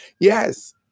Yes